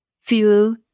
feel